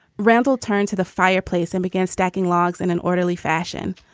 randall turned to the fireplace and began stacking logs in an orderly fashion.